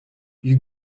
you